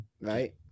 Right